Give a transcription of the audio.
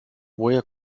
woher